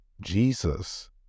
Jesus